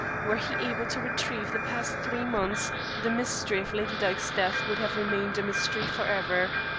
were he able to retrieve the past three months the mystery of lady dyke's death would have remained a mystery forever.